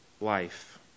life